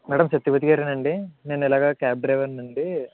madam Satyavathi గారేనా అండి నేను ఇలాగా క్యాబ్ డ్రైవర్నండి